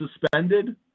suspended